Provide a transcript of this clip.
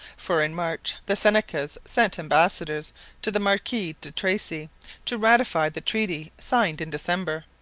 for in march the senecas sent ambassadors to the marquis de tracy to ratify the treaty signed in december.